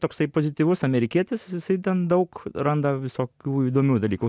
toksai pozityvus amerikietis jisai ten daug randa visokių įdomių dalykų